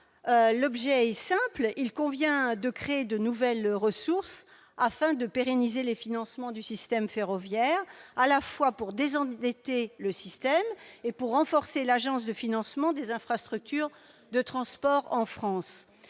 objet est simple : créer de nouvelles ressources afin de pérenniser les financements du système ferroviaire à la fois pour le désendetter et pour renforcer l'Agence de financement des infrastructures de transport de France.